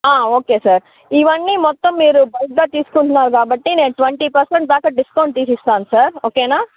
okay sir ఇవ్వన్నీ మొత్తం మీరు ఫైవ్ స్టార్ తీసుకుంటున్నారు కాబట్టి నేను ట్వెంటీ పర్సెంట్ దాకా డిస్కౌంట్ వేసి ఇస్తాను సార్ ఓకేనా